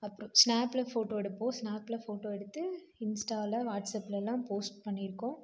அப்புறம் ஸ்நாப்ல ஃபோட்டோ எடுப்போம் ஸ்நாப்ல ஃபோட்டோ எடுத்து இன்ஸ்டால வாட்ஸ்அப்லலாம் போஸ்ட் பண்ணியிருக்கோம்